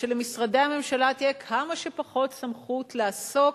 ושלמשרדי הממשלה תהיה כמה שפחות סמכות לעסוק